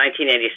1986